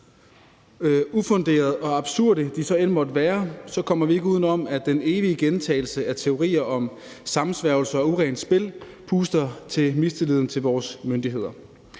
ufunderede og absurde de end måtte være, kommer vi ikke uden om, at den evige gentagelse af teorier om sammensværgelser og urent spil puster til mistilliden til vores myndigheder.